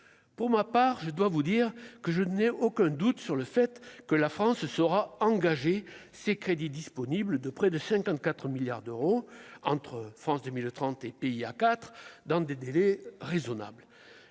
pour ma part, je dois vous dire que je n'ai aucun doute sur le fait que la France se sera engagé ces crédits disponible de près de 54 milliards d'euros entre France 2030 et pays A4 dans des délais raisonnables,